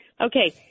Okay